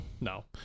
No